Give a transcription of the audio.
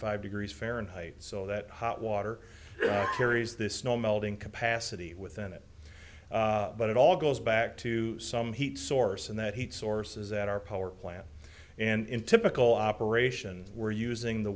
five degrees fahrenheit so that hot water carries this snow melting capacity within it but it all goes back to some heat source and that heat sources that are power plant and in typical operation we're using the